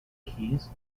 keys